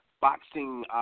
boxing